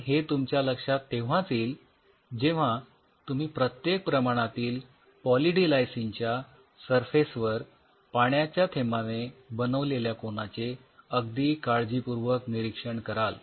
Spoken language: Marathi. पण हे तुमच्या लक्षात तेव्हाच येईल जेव्हा तुम्ही प्रत्येक प्रमाणातील पॉली डी लायसिन च्या सरफेस वर पाण्याच्या थेंबाने बनविलेल्या कोनाचे अगदी काळजीपूर्वक निरीक्षण कराल